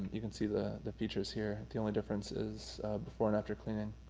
you can see the the features here. the only difference is before and after cleaning.